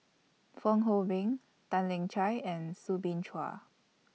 Fong Hoe Beng Tan Lian Chye and Soo Bin Chua